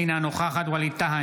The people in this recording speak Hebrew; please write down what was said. אינה נוכחת ווליד טאהא,